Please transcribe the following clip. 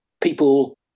people